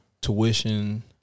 tuition